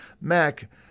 Mac